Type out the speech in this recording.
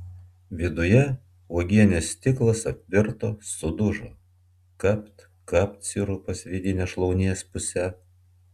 viduje uogienės stiklas apvirto sudužo kapt kapt sirupas vidine šlaunies puse